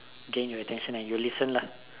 gain your attention and you will listen lah